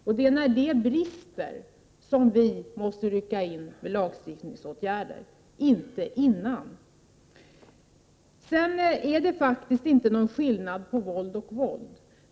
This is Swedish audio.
Det är när det brister i fråga om detta ansvar som vi måste rycka in med lagstiftningsåtgärder, inte innan. Sedan är det faktiskt inte någon skillnad på våld och våld.